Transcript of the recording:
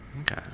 Okay